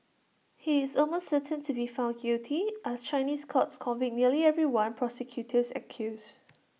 he is almost certain to be found guilty as Chinese courts convict nearly everyone prosecutors accuse